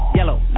Yellow